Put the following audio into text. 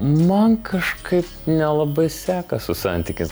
man kažkaip nelabai sekas su santykiais